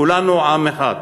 כולנו עם אחד.